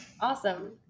Awesome